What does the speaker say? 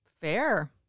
Fair